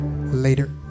Later